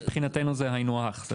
מבחינתנו זה היינו הך.